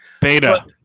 Beta